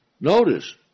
notice